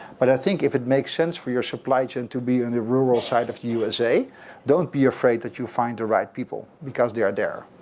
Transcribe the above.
but i think if it makes sense for your supply chain to be in the rural side of the usa don't be afraid that you'll find the right people because they are there.